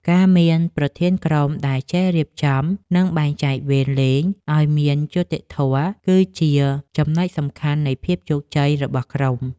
ការមានប្រធានក្រុមដែលចេះរៀបចំ និងបែងចែកវេនលេងឱ្យមានយុត្តិធម៌ គឺជាចំណុចសំខាន់នៃភាពជោគជ័យរបស់ក្រុម។